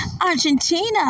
argentina